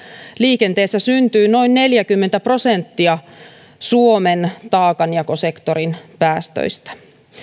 liikenteessä syntyy noin neljäkymmentä prosenttia suomen taakanjakosektorin päästöistä